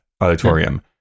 auditorium